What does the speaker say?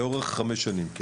לאורך חמש שנים.